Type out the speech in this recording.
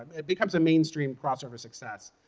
um it becomes a mainstream crossover success.